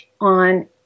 on